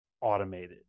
automated